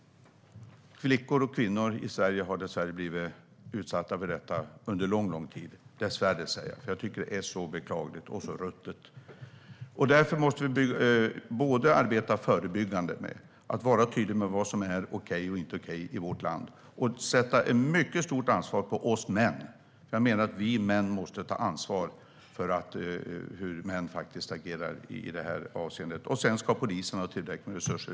Flickor och kvinnor i Sverige har dessvärre blivit utsatta för detta under lång tid. Jag säger "dessvärre", för jag tycker att det är så beklagligt och så ruttet. Därför måste vi både arbeta förebyggande och vara tydliga med vad som är okej och inte okej i vårt land och lägga ett mycket stort ansvar på oss män att ta ansvar för hur män agerar i det här avseendet, menar jag. Sedan ska polisen ha tillräckligt med resurser.